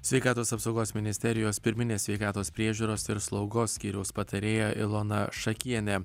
sveikatos apsaugos ministerijos pirminės sveikatos priežiūros ir slaugos skyriaus patarėja ilona šakienė